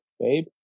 babe